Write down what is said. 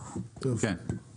כן.